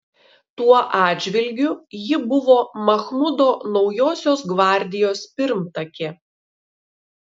tuo atžvilgiu ji buvo machmudo naujosios gvardijos pirmtakė